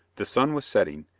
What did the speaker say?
the sun was setting,